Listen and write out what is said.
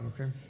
okay